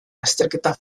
azterketa